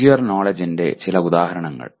procedural നോലെഡ്ജ്ന്റെ ചില ഉദാഹരണങ്ങൾ